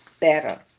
better